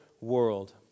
world